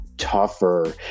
tougher